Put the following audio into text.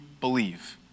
believe